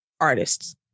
artists